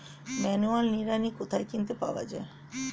Manual নিড়ানি কোথায় কিনতে পাওয়া যায়?